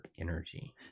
energy